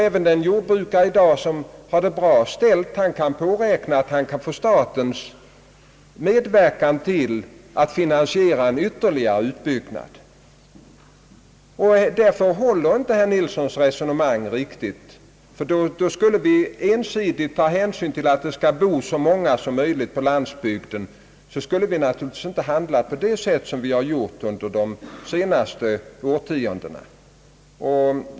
Även en jordbrukare som i dag har det bra ställt kan påräkna statens medverkan för att finansiera en ytterligare utbyggnad. Därför håller inte herr Yngve Nilssons resonemang. Om vi ensidigt skulle ta hänsyn till att så många människor som möjligt skulle bo på landsbygden, borde vi naturligtvis inte ha handlat på det sätt som vi gjort under de senaste årtiondena.